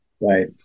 Right